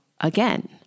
again